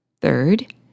Third